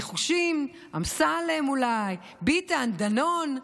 הניחושים, אמסלם אולי, ביטן, דנון.